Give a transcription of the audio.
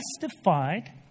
justified